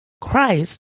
Christ